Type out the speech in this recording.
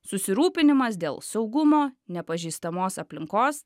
susirūpinimas dėl saugumo nepažįstamos aplinkos